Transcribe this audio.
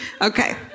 okay